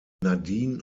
nadine